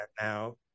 now